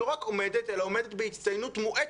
לא רק עומדת אלא עומדת בהצטיינות מואצת.